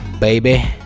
baby